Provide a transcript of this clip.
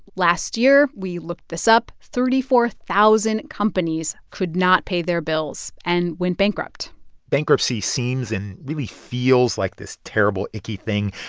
last year we looked this up thirty four thousand companies could not pay their bills and went bankrupt bankruptcy seems and really feels like this terrible, icky thing,